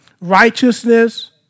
righteousness